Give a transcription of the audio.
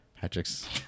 Patrick's